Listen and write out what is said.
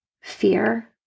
fear